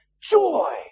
Joy